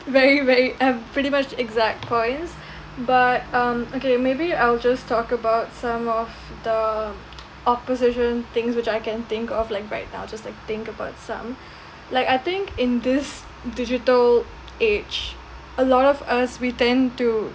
very very um pretty much exact points but um okay maybe I'll just talk about some of the opposition things which I can think of like right now just like think about some like I think in this digital age a lot of us we tend to